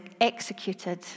executed